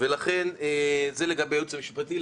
זה לגבי הייעוץ המשפטי.